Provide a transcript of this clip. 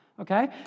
okay